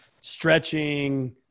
stretching